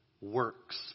works